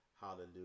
hallelujah